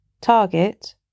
target